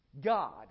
God